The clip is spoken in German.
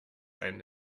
ein